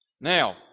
Now